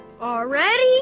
Already